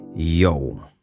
Yo